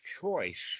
choice